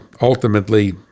ultimately